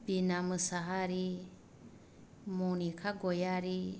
बिना मोसाहारी मनिखा गयारी